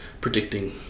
predicting